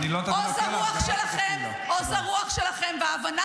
ואני אומרת כאן לחיילים ולמפקדים: עוז הרוח שלכם וההבנה